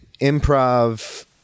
improv